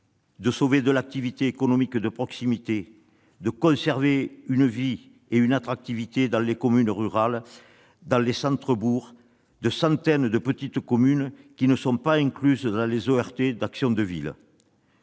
de sauver de l'activité économique de proximité, de conserver une vie et une attractivité dans les communes rurales et dans les centres-bourgs de centaines de petites communes qui ne sont pas incluses dans les opérations de